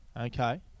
Okay